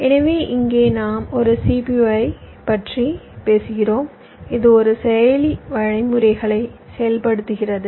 எனவே இங்கே நாம் ஒரு CPU ஐப் பற்றி பேசுகிறோம் இது ஒரு செயலி வழிமுறைகளை செயல்படுத்துகிறது